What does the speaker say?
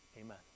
Amen